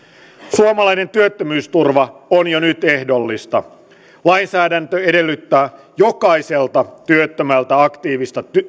suomalainen työttömyysturva on jo nyt ehdollista lainsäädäntö edellyttää jokaiselta työttömältä aktiivista